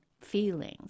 feelings